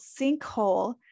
sinkhole